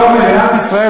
בתוך מדינת ישראל,